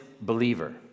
believer